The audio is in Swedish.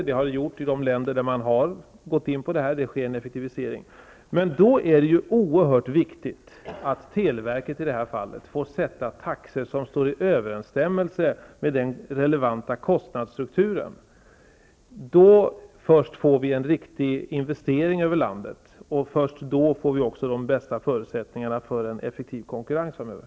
Det har det gjort i de länder där man har infört ett sådant system. Det sker en effektivisering. Det är då oerhört viktigt att televerket får sätta taxor som står i överensstämmelse med den relevanta kostnadsstrukturen. Först då får vi en riktig investering över landet, och först då får vi de bästa förutsättningarna för en effektiv konkurrens framöver.